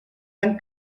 tan